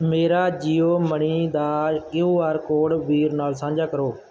ਮੇਰਾ ਜੀਓ ਮਨੀ ਦਾ Q R code ਵੀਰ ਨਾਲ ਸਾਂਝਾ ਕਰੋ